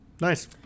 Nice